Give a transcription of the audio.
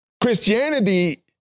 Christianity